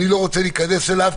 אני לא רוצה להיכנס אליו,